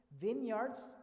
vineyards